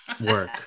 work